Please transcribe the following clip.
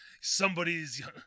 somebody's